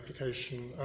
application